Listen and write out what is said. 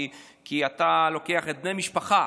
כי אתה לוקח את בני המשפחה,